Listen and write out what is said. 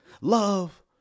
Love